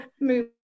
move